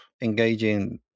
engaging